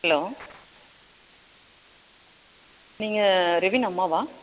hello நீங்கள் ரெவின் அம்மாவா